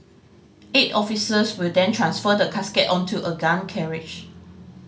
eight officers will then transfer the casket onto a gun carriage